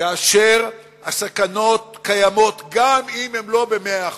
כאשר הסכנות קיימות, גם אם הן לא במאה אחוז,